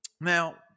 Now